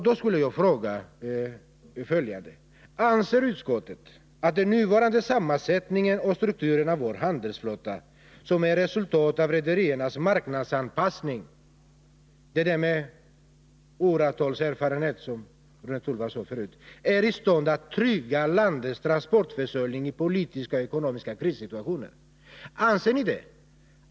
Då skulle jag vilja fråga följande: Anser utskottet att vårt lands handelsflotta med nuvarande sammansättning och struktur, som är resultat av rederiernas marknadsanpassning — det där med åratals erfarenhet, som Rune Torwald sade förut — är i stånd att trygga Sveriges transportförsörjning i politiska och ekonomiska krissituationer?